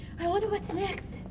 i wonder what's next?